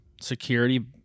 security